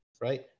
Right